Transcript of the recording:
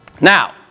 now